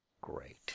Great